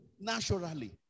naturally